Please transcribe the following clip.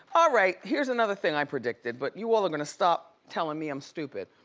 all right, here's another thing i predicted. but you all are gonna stop tellin' me i'm stupid.